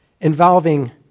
involving